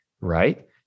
right